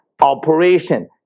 operation